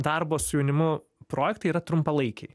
darbo su jaunimu projektai yra trumpalaikiai